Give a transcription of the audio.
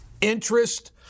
Interest